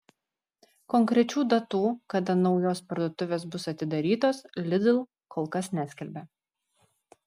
konkrečių datų kada naujos parduotuvės bus atidarytos lidl kol kas neskelbia